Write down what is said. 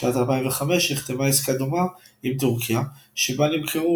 בשנת 2005 נחתמה עסקה דומה עם טורקיה שבה נמכרו